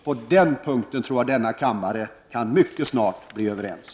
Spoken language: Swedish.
På den punkten tror jag denna kammare mycket snart kan bli överens.